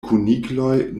kunikloj